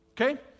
Okay